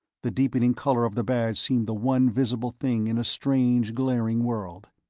the deepening color of the badge seemed the one visible thing in a strange glaring world.